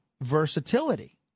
versatility